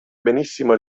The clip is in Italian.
benissimo